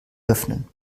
öffnen